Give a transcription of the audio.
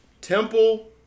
Temple